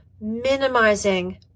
minimizing